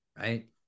right